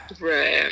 Right